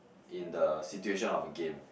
in the situation of the game